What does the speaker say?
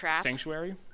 sanctuary